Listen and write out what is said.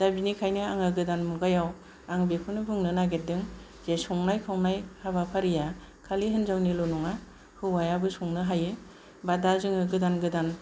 दा बेनिखायनो आङो गोदान मुगायाव आं बेखौनो बुंनो नागिरदों जे संनाय खावनाय हाबाफारिया खालि हिनजावनिल' नङा हौवायाबो संनो हायो एबा दा जोङो गोदान गोदान